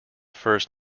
first